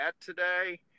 today